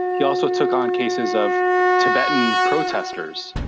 he also took on cases of tibetan protesters,